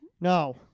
No